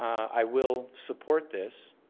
i will support this.